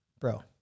Bro